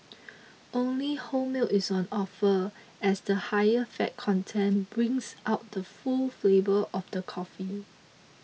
only whole milk is on offer as the higher fat content brings out the full flavour of the coffee